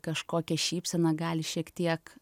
kažkokia šypsena gali šiek tiek